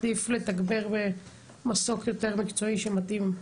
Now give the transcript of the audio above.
עדיף לתגבר במסוק יותר מקצועי שמתאים.